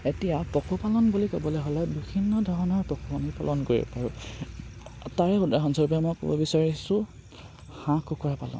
এতিয়া পশুপালন বুলি ক'বলৈ হ'লে বিভিন্ন ধৰণৰ পশু আমি পালন কৰিব পাৰোঁ তাৰে উদাহৰণস্বৰূপে মই ক'ব বিচাৰিছোঁ হাঁহ কুকুৰা পালন